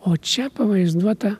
o čia pavaizduota